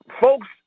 folks